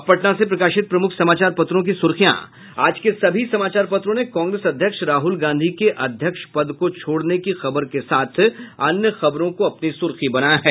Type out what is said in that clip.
अब पटना से प्रकाशित प्रमुख समाचार पत्रों की सुर्खियां आज के सभी समाचार पत्रों ने कांग्रेस अध्यक्ष राहुल गांधी के अध्यक्ष पद को छोड़ने की खबर के साथ अन्य खबरों को अपनी सुर्खी बनाया है